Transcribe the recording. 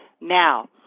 Now